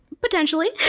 Potentially